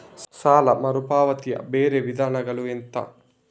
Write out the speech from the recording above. ಸಾಲ ಮರುಪಾವತಿಯ ಬೇರೆ ವಿಧಾನಗಳು ಎಂತ?